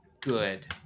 good